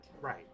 Right